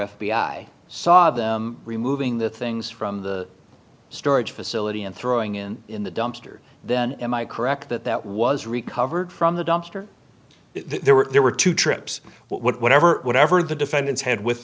i saw them removing the things from the storage facility and throwing in in the dumpster then am i correct that that was recovered from the dumpster there were there were two trips whatever whatever the defendants had with